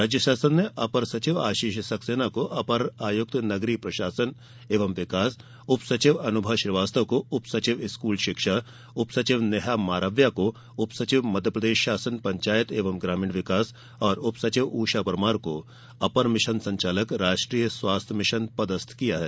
राज्य शासन ने अपर सचिव आशीष सक्सेना को अपर आयुक्त नगरीय प्रशासन एवं विकास उप सचिव अनुभा श्रीवास्तव को उप सचिव स्कूल शिक्षा उप सचिव नेहा मारव्या को उप सचिव मध्यप्रदेश शासन पंचायत एवं ग्रामीण विकास और उप सचिव ऊषा परमार को अपर मिशन संचालक राष्ट्रीय स्वास्थ्य मिशन पदस्थ किया है